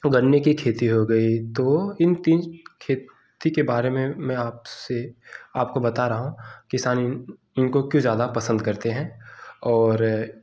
गन्ने की खेती हो गई तो इन तीन खेती के बारे में मैं आपसे आपको बता रहा हूँ किसान इनको क्यों ज़्यादा पसंद करते हैं और